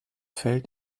fällt